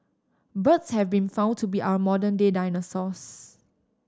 birds have been found to be our modern day dinosaurs